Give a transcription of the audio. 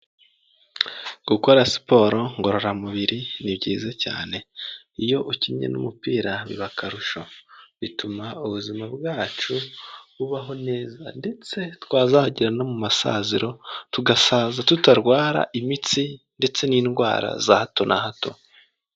Gukora siporo ngororamubiri ni byiza cyane. Iyo ukinnye n’umupira biba akarusho, bituma ubuzima bwacu bubaho neza ndetse twazagera no mu masaziro, tugasaza tutarwara imitsi ndetse n’indwara za hato na hato.